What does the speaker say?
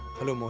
hello, mohit.